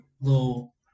little